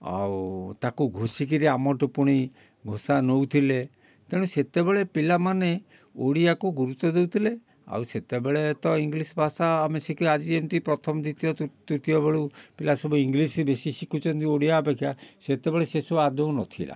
ଆଉ ତାକୁ ଘୋଷି କିରି ଆମଠୁ ପୁଣି ଘୋଷା ନେଉଥିଲେ ତେଣୁ ସେତେବେଳେ ପିଲାମାନେ ଓଡ଼ିଆକୁ ଗୁରୁତ୍ୱ ଦେଉଥିଲେ ଆଉ ସେତେବେଳେ ତ ଇଂଲିଶ୍ ଭାଷା ଆମେ ଶିଖି ଆଜି ଯେମିତି ପ୍ରଥମ ଦ୍ଵିତୀୟ ତୃତିୟ ବେଳୁ ପିଲା ସବୁ ଇଂଲିଶ୍ ବେଶି ଶିଖୁଛନ୍ତି ଓଡ଼ିଆ ଅପେକ୍ଷା ସେତେବେଳେ ସେ ସବୁ ଆଦୌ ନଥିଲା